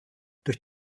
durch